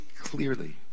clearly